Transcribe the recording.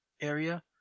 area